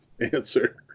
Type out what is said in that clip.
answer